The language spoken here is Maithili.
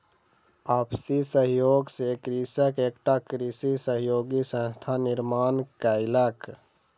आपसी सहयोग सॅ कृषक एकटा कृषि सहयोगी संस्थानक निर्माण कयलक